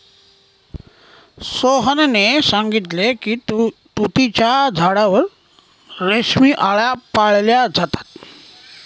सोहनने सांगितले की तुतीच्या झाडावर रेशमी आळया पाळल्या जातात